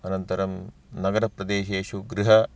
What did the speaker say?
अनन्तरं नगरप्रदेषु गृह